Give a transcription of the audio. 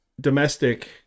domestic